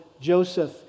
Joseph